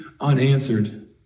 unanswered